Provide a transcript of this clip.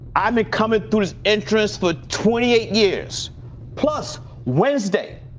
i mean, coming to his interests for twenty eight years plus wednesday.